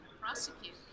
prosecute